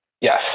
Yes